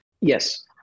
yes